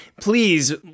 Please